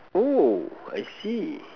oh I see